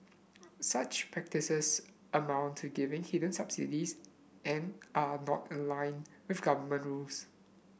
such practices amount to giving hidden subsidies and are not in line with government rules